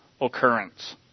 occurrence